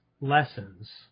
lessons